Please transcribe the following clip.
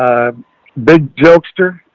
big jokester,